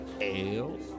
ale